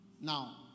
Now